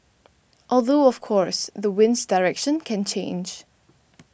although of course the wind's direction can change